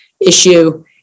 issue